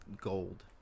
gold